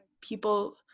people